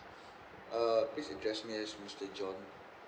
uh please address me as mister john